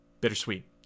bittersweet